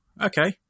okay